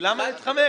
למה להתחמק?